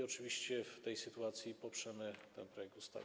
Oczywiście w tej sytuacji poprzemy ten projekt ustawy.